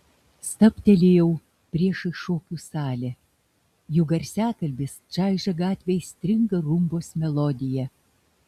stabtelėjau priešais šokių salę jų garsiakalbis čaižė gatvę aistringa rumbos melodija